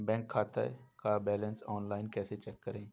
Bank खाते का balance online कैसे चेक करें?